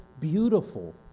beautiful